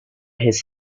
his